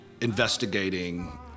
investigating